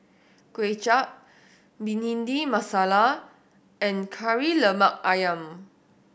Kway Chap Bhindi Masala and Kari Lemak Ayam